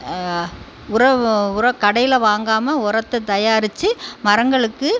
உரம் உரம் கடையில் வாங்காமல் உரத்தை தயாரித்து மரங்களுக்கு